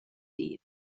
dydd